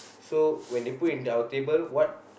so when they put into our table what